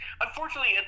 Unfortunately